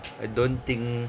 I don't think